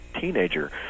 teenager